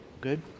Good